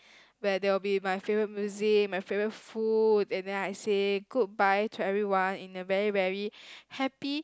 where there will be my favourite music my favourite food and then I say goodbye to everyone in a very very happy